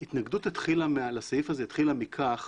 אבל ההתנגדות לסעיף הזה התחילה מכך